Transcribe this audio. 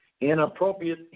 Inappropriate